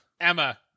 Emma